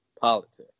politics